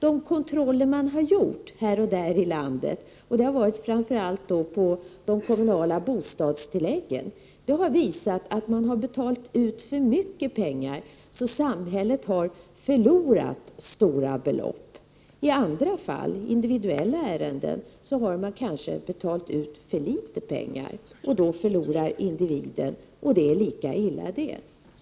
De kontroller som man har gjort här och där i landet — de har framför allt inriktats på de kommunala bostadstilläggen — har visat att man har betalat ut för mycket pengar, varigenom samhället har förlorat stora belopp. I andra fall — i individuella ärenden — har man kanske betalat ut för litet pengar, och då förlorar individen, vilket är lika illa.